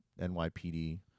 NYPD